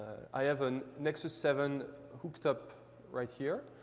i have a nexus seven hooked up right here.